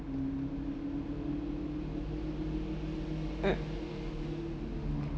mm